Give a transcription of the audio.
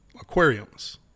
aquariums